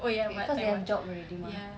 because they have job already mah